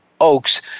Oaks